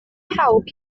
pawb